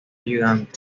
ayudante